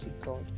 God